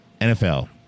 NFL